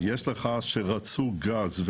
יש מצב שבו רצו גז,